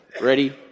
Ready